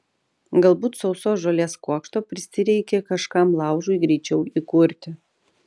galbūt sausos žolės kuokšto prisireikė kažkam laužui greičiau įkurti